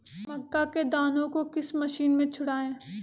मक्का के दानो को किस मशीन से छुड़ाए?